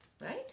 right